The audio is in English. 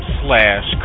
slash